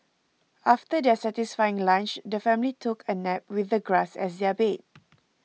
after their satisfying lunch the family took a nap with the grass as their bed